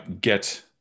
get